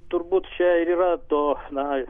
turbūt čia ir yra to na